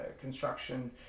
construction